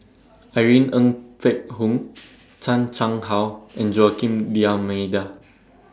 Irene Ng Phek Hoong Chan Chang How and Joaquim D'almeida